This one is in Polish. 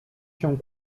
się